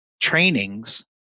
trainings